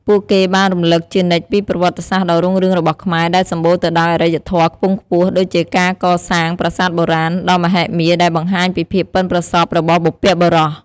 ពួកគេបានរំឭកជានិច្ចពី ប្រវត្តិសាស្ត្រដ៏រុងរឿងរបស់ខ្មែរ ដែលសម្បូរទៅដោយអរិយធម៌ខ្ពង់ខ្ពស់ ដូចជាការកសាង ប្រាសាទបុរាណ ដ៏មហិមាដែលបង្ហាញពីភាពប៉ិនប្រសប់របស់បុព្វបុរស។